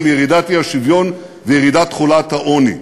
של ירידת האי-שוויון וירידת תחולת העוני.